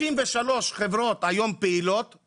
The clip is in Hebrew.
63 חברות היום פעילות,